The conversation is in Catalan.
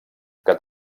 que